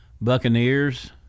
Buccaneers